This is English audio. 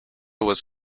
was